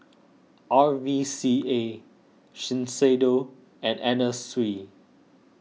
R V C A Shiseido and Anna Sui